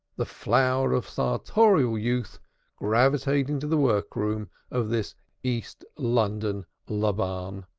the flower of sartorial youth gravitating to the work-room of this east london laban.